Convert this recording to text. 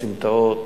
בסמטאות,